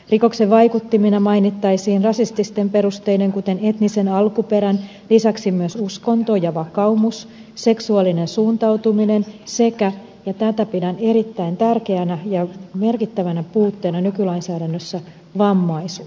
rikoksen vaikuttimina mainittaisiin rasististen perusteiden kuten etnisen alkuperän lisäksi myös uskonto ja vakaumus seksuaalinen suuntautuminen sekä ja tämän puuttumista pidän erittäin tärkeänä ja merkittävänä puutteena nykylainsäädännössä vammaisuus